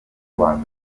squadra